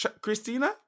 christina